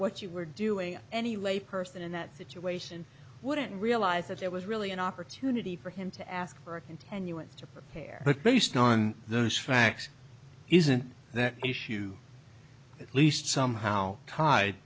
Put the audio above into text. what you were doing any lay person in that situation wouldn't realize that it was really an opportunity for him to ask for a continuance to prepare but based on those facts isn't that issue at least somehow tied